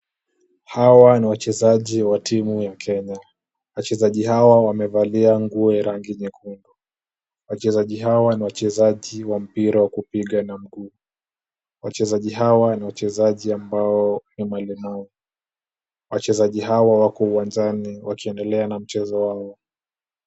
Hawa ni wachezaji wa timu ya Kenya. Wachezaji hawa wamevalia nguo ya rangi nyekundu. Wachezaji hawa ni wachezaji wa mpira wa kupiga na mguu. Wachezaji hawa ni wachezaji ambao wana ulemavu. Wachezaji hawa wako uwanjani wakiendelea na mchezo wao.